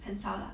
很少 lah